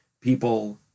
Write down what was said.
people